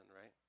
right